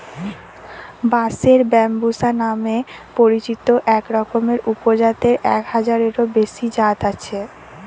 বাঁশের ব্যম্বুসা নামে পরিচিত একরকমের উপজাতের এক হাজারেরও বেশি জাত আছে